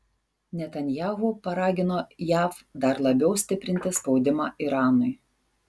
netanyahu paragino jav dar labiau stiprinti spaudimą iranui